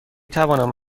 توانم